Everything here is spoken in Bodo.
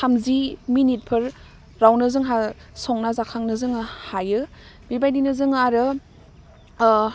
थामजि मिनिटफोरावनो जोंहा संना जाखांनो जोङो हायो बेबायदिनो जों आरो ओह